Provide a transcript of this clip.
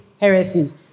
heresies